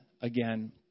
again